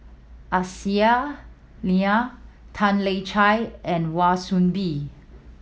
Aisyah Lyana Tan Lian Chye and Wan Soon Bee